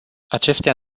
acestea